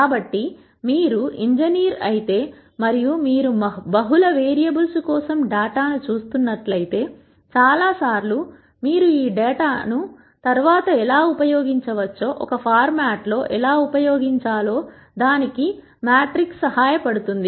కాబట్టి మీరు ఇంజనీర్ అయితే మరియు మీరు బహుళ వేరియబుల్స్ కోసం డేటాను చూస్తున్నట్లయితే చాలా సార్లు మీరు ఈ డేటాను తరువాత ఎలా ఉపయోగించవచ్చో ఒక ఫార్మాట్లో ఎలా ఉపయోగించాలో దానికి మ్యాట్రిక్స్ సహాయపడుతుంది